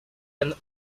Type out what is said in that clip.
and